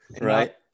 Right